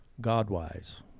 God-wise